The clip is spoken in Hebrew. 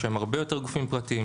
יש היום הרבה יותר גופים פרטיים,